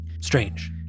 Strange